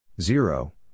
Zero